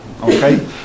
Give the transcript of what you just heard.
okay